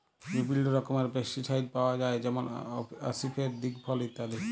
বিভিল্ল্য রকমের পেস্টিসাইড পাউয়া যায় যেমল আসিফেট, দিগফল ইত্যাদি